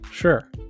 Sure